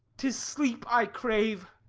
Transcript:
tis sleep i crave.